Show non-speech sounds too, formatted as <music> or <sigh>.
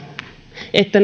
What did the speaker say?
että <unintelligible>